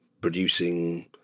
producing